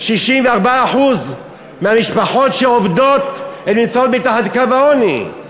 64% מהמשפחות שעובדות נמצאות מתחת לקו העוני,